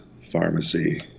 pharmacy